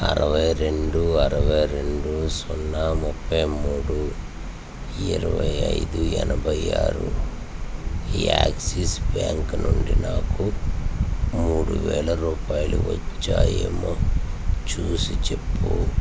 అరవై రెండు అరవై రెండు సున్నా ముప్పై మూడు ఇరవై ఐదు ఎనభై ఆరు యాక్సిస్ బ్యాంకు నుండి నాకు మూడు వేల రూపాయలు వచ్చాయేమో చూసిచెప్పు